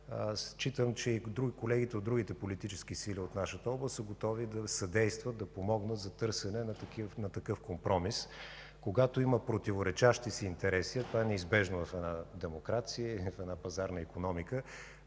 Считам, че и колегите от другите политически сили в нашата област са готови да съдействат и помогнат за търсене на такъв компромис. Когато има противоречащи си интереси, а това е неизбежно в една демокрация и в една пазарна икономика,